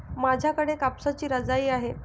माझ्याकडे कापसाची रजाई आहे